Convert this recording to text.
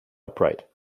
upright